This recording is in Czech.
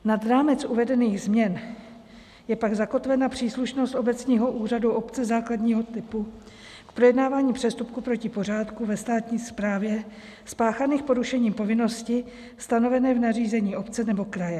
Nad rámec uvedených změn je pak zakotvena příslušnost obecního úřadu obce základního typu k projednávání přestupků proti pořádku ve státní správě spáchaných porušením povinnosti stanovené v nařízení obce nebo kraje.